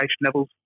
levels